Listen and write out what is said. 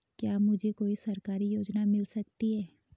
क्या मुझे कोई सरकारी योजना मिल सकती है?